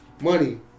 Money